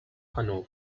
canoe